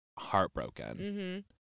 heartbroken